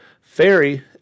Fairy